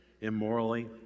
immorally